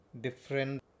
different